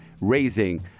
raising